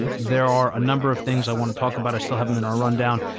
and there are a number of things i want to talk about, i still have them in our rundown.